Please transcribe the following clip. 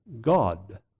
God